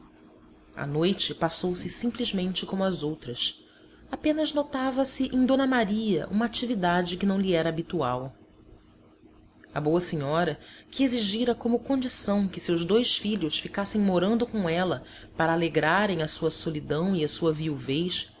a noite passou-se simplesmente como as outras apenas notava-se em d maria uma atividade que não lhe era habitual a boa senhora que exigira como condição que seus dois filhos ficassem morando com ela para alegrarem a sua solidão e a sua viuvez